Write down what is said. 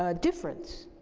ah difference.